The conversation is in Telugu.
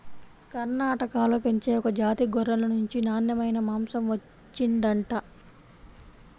కర్ణాటకలో పెంచే ఒక జాతి గొర్రెల నుంచి నాన్నెమైన మాంసం వచ్చిండంట